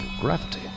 gravity